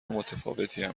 متفاوتیم